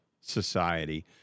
society